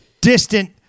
distant